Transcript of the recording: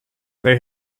they